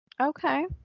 Okay